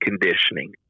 conditioning